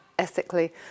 ethically